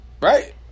Right